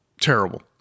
terrible